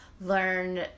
learn